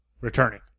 returning